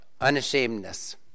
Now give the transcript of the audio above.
unashamedness